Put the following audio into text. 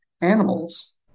animals